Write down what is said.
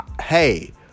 hey